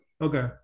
Okay